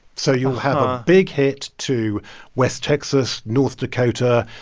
so you'll have a big hit to west texas, north dakota,